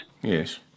Yes